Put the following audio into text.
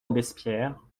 robespierre